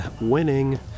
winning